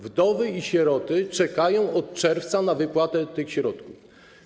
Wdowy i sieroty czekają od czerwca na wypłatę tych środków.